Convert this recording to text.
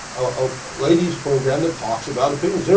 ah ladies program that talks about opinions. yeah